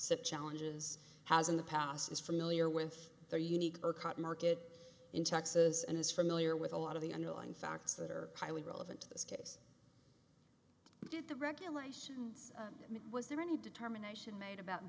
sit challenges has in the past is familiar with their unique market in texas and is familiar with a lot of the underlying facts that are highly relevant to this case did the regulations i mean was there any determination made about